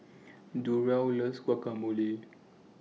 Durell loves Guacamole